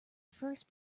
first